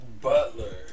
Butler